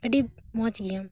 ᱟᱹᱰᱤ ᱢᱚᱡᱽ ᱜᱮᱭᱟᱢ